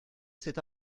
cet